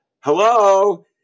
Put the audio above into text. hello